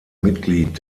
mitglied